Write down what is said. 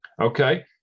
okay